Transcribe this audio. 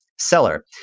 seller